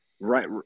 right